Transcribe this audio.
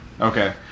Okay